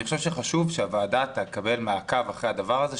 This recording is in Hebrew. אני חושב שחשוב שהוועדה תקבל מעקב אחרי הדבר הזה,